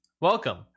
welcome